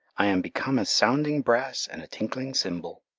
i am become as sounding brass and a tinkling cymbal.